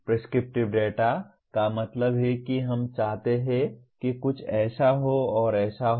prescriptive data का मतलब है कि हम चाहते हैं कि कुछ ऐसा हो और ऐसा हो